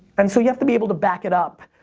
and so you have to be able to back it up.